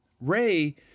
Ray